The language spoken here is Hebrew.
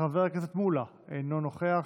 חבר הכנסת קיש, אינו נוכח,